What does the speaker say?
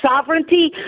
sovereignty